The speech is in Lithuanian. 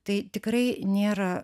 tai tikrai nėra